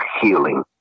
healing